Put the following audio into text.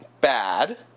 bad